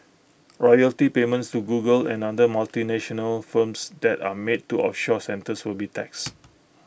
royalty payments to Google and other multinational firms that are made to offshore centres will be taxed